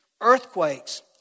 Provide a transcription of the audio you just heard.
Earthquakes